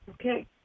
Okay